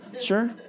sure